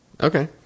Okay